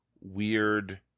weird